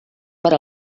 per